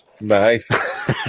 Nice